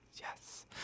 yes